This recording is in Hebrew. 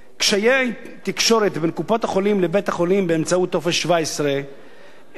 קשיי תקשורת בין קופות-החולים לבית-החולים באמצעות טופס 17. איני